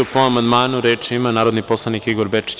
Po amandmanu, reč ima narodni poslanik Igor Bečić.